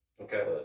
Okay